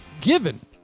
given